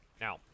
Now